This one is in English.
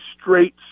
straight